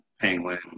Penguin